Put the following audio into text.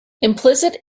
implicit